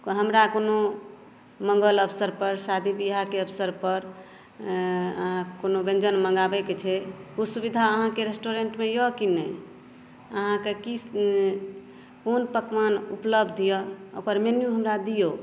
हमरा कोनो मङ्गल अवसर पर शादी विवाहके अवसर पर कोनो व्यञ्जन मँगाबैके छै ओ सुविधा अहाँके रेस्टोरेन्टमे अहि कि नहि अहाँके की कोन पकवान उपलब्ध अछि ओकर मेन्यु दियौ